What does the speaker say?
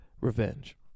revenge